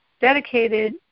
dedicated